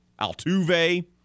Altuve